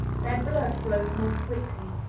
their blood flows more quickly,